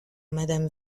madame